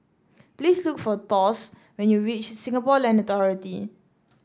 please look for Thos when you reach Singapore Land Authority